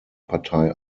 partei